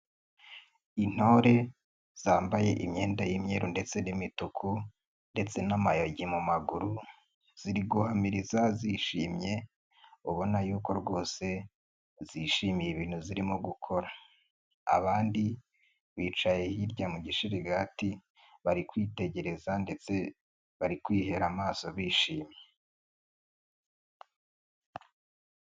Intore zambaye imyenda y'imyeru ndetse n'imituku ,ndetse n'amayogi mu maguru, ziri guhamiriza zishimye ,ubona yuko rwose zishimiye ibintu zirimo gukora, abandi bicaye hirya mu gishirigati, bari kwitegereza ndetse bari kwihera amaso bishimye.